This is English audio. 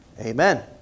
Amen